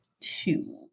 two